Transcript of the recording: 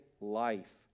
life